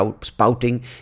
spouting